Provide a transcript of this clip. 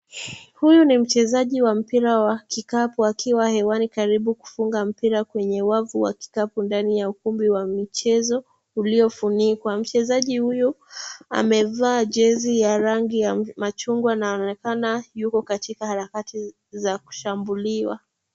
Huyu ni mchezaji wa mpira wa kikapu akiwa hewani karibu kufunga mpira kwenye wavu wa kikapu ndani ya ukumbi wa michezo uliofunikwa. Mchezaji huyu amevaa jezi ya rangi ya machungwa na anaonekana yuko katika harakati za kushambuliwa.